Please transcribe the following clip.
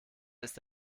ist